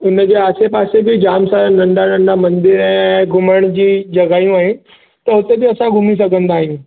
उनजे आसे पासे में जामु सारा नंढा नंढा मंदर घुमण जी जॻहियूं आहिनि त हुते बि असां घुमी सघंदा आहियूं